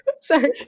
sorry